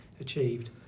Achieved